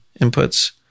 inputs